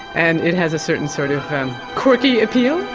and it has a certain sort of quirky appeal.